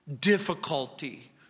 difficulty